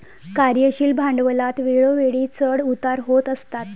कार्यशील भांडवलात वेळोवेळी चढ उतार होत असतात